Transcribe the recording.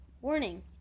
Warning